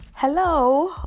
Hello